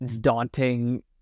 daunting